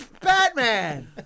Batman